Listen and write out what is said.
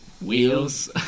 Wheels